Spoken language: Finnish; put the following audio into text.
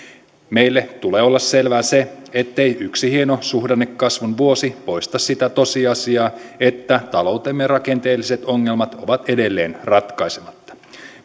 meille tulee olla selvää se ettei yksi hieno suhdannekasvun vuosi poista sitä tosiasiaa että taloutemme rakenteelliset ongelmat ovat edelleen ratkaisematta